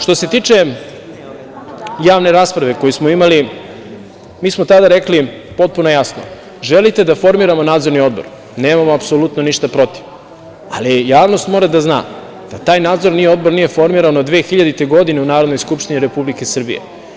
Što se tiče javne rasprave koju smo imali, mi smo tada rekli potpuno jasno - želite da formiramo nadzorni odbor, nemamo apsolutno ništa protiv, ali javnost mora da zna da taj nadzorni odbor nije formiran od 2000. godine u Narodnoj skupštini Republike Srbije.